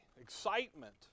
Excitement